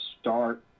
start